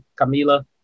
Camila